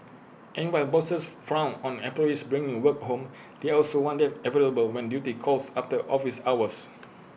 and while bosses frown on employees bringing the work home they also want them available when duty calls after office hours